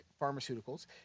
Pharmaceuticals